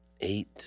Eight